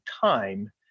time